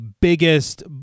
biggest